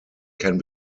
can